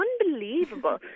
unbelievable